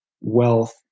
wealth